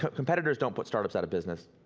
competitors don't put startups out of business,